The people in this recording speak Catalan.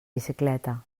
bicicleta